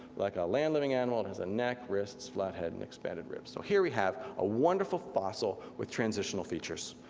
like a land-living animal, it has a neck, wrists, flat head and expanded ribs. so here we have a wonderful fossil with transitional features,